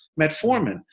metformin